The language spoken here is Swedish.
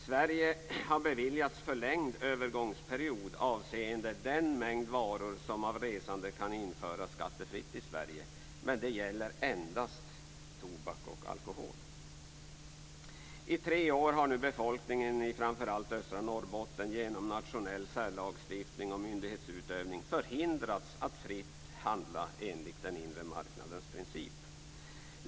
Sverige har beviljats förlängd övergångsperiod avseende den mängd varor som av resande kan införas skattefritt i Sverige, men det gäller endast tobak och alkohol. I tre år har nu befolkningen i framför allt östra Norrbotten genom nationell särlagstiftning och myndighetsutövning förhindrats att fritt handla enligt den inre marknadens princip.